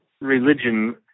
religion